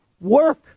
work